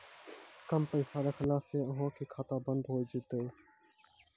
कम पैसा रखला से अहाँ के खाता बंद हो जैतै?